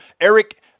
Eric